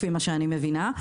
לפי מה שאני מבינה,